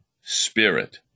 Spirit